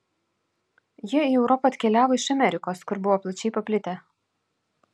jie į europą atkeliavo iš amerikos kur buvo plačiai paplitę